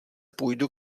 půjdu